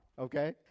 okay